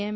એમ